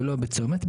ולא בצומת,